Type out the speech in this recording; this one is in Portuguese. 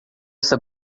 essa